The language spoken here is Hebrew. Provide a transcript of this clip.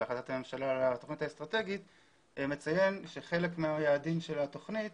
להחלטת הממשלה על התכנית האסטרטגית מציינת שחלק מהיעדים של התכנית